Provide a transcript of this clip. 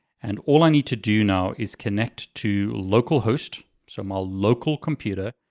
and all i need to do now is connect to localhost. so my local computer,